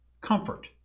comfort